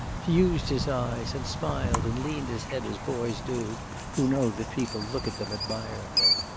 he used his eyes, and smiled and leaned his head as boys do who know that people look at them admiringly.